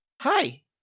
Hi